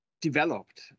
developed